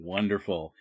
Wonderful